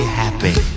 happy